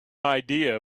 idea